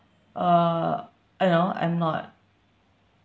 uh I don't know I'm not